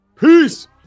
Peace